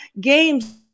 games